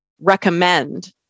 recommend